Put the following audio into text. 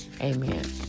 amen